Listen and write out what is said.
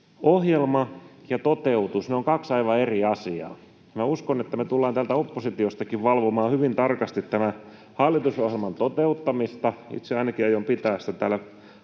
ohjelma ja toteutus — ne ovat kaksi aivan eri asiaa. Minä uskon, että me tullaan täältä oppositiostakin valvomaan hyvin tarkasti tämän hallitusohjelman toteuttamista. Itse ainakin aion pitää sitä täällä